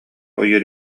ойуур